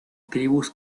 tribus